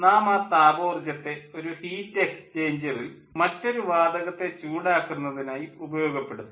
നാം ആ താപോർജ്ജത്തെ ഒരു ഹീറ്റ് എക്സ്ചേഞ്ചറിൽ മറ്റൊരു വാതകത്തെ ചൂടാക്കുന്നതിനായി ഉപയോഗപ്പെടുത്തുന്നു